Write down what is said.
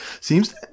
seems